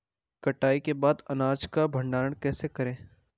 कटाई के बाद अनाज का भंडारण कैसे करें?